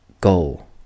goal